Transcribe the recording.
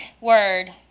word